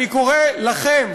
אני קורא לכם,